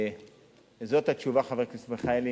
זאת התשובה, חבר הכנסת מיכאלי.